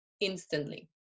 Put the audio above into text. instantly